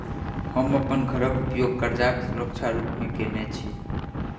हम अप्पन घरक उपयोग करजाक सुरक्षा रूप मेँ केने छी